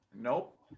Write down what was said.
nope